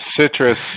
citrus